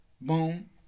Boom